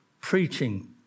preaching